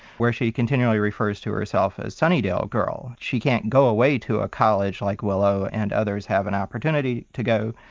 where she continually refers to herself as sunnydale girl, she can't go away to a college like willow and others have an opportunity to go,